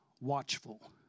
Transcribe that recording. watchful